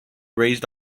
raised